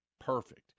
Perfect